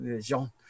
Jean